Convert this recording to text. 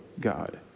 God